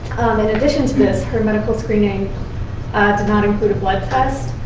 in addition to this, her medical screening did not include a blood test,